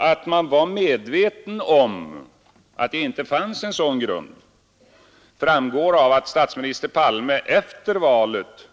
Att man var medveten om att det inte fanns en sådan grund framgår av att statsminister Palme efter valet